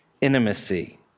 intimacy